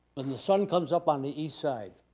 when the sun comes up on the east side,